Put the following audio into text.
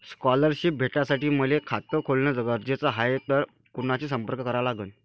Scholarship भेटासाठी मले खात खोलने गरजेचे हाय तर कुणाशी संपर्क करा लागन?